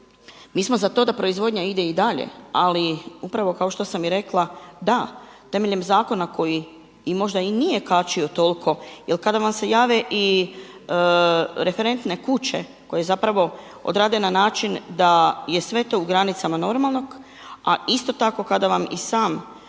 mi smo za to da proizvodnja ide i dalje. Ali upravo kao što sam i rekla, da, temeljem zakona koji i možda i nije kačio toliko. Jer kada vam se jave referentne kuće koje zapravo odrade na način da je sve to u granicama normalnog. A isto tako kada vam i sam